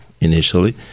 initially